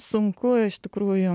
sunku iš tikrųjų